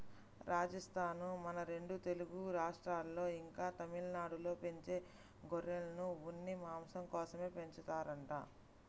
రాజస్థానూ, మన రెండు తెలుగు రాష్ట్రాల్లో, ఇంకా తమిళనాడులో పెంచే గొర్రెలను ఉన్ని, మాంసం కోసమే పెంచుతారంట